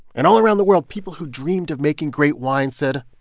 and all around the world, people who dreamed of making great wine said,